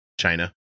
china